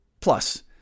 Plus